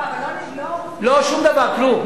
לא, אבל לא, לא, שום דבר, כלום.